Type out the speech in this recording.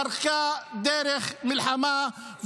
דרכה דרך מלחמה,